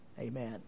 Amen